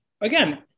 again